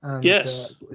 Yes